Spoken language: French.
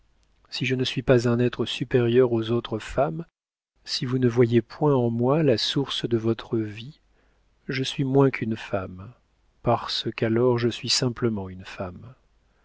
si je ne suis pas un être supérieur aux autres femmes si vous ne voyez point en moi la source de votre vie je suis moins qu'une femme parce qu'alors je suis simplement une femme